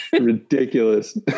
Ridiculous